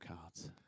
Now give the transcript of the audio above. cards